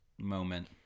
moment